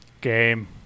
Game